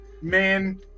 man